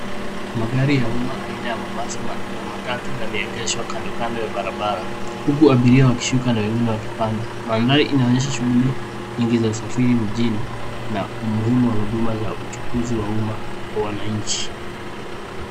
Magari ya umma aina ya mabasi na matatu yameegeshwa kando kando ya barabara huku abiria wakishuka na wengine wakipanda. Mandhari inaonyesha shughuli nyingi za usafiri mjini na umuhimu wa huduma za uchukuzi wa umma kwa wananchi.